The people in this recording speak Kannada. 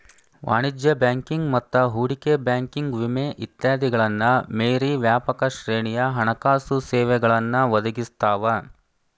ವಾಣಿಜ್ಯ ಬ್ಯಾಂಕಿಂಗ್ ಮತ್ತ ಹೂಡಿಕೆ ಬ್ಯಾಂಕಿಂಗ್ ವಿಮೆ ಇತ್ಯಾದಿಗಳನ್ನ ಮೇರಿ ವ್ಯಾಪಕ ಶ್ರೇಣಿಯ ಹಣಕಾಸು ಸೇವೆಗಳನ್ನ ಒದಗಿಸ್ತಾವ